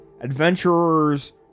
Adventurers